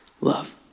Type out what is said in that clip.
love